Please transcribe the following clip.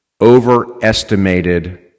overestimated